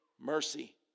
mercy